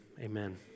amen